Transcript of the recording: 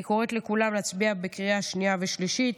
אני קוראת לכולם להצביע בקריאה שנייה ושלישית,